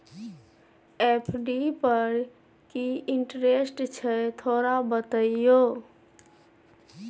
FD पर की interest छय थोरा बतईयो?